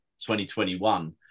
2021